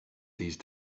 these